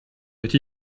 but